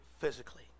physically